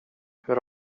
hur